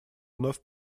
вновь